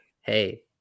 hey